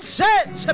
says